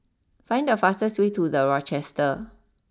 find the fastest way to the Rochester